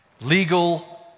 legal